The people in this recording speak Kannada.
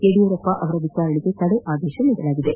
ಯಡಿಯೂರಪ್ಪ ಅವರ ವಿಚಾರಣೆಗೆ ತಡೆ ಆದೇಶ ನೀಡಿದೆ